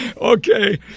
Okay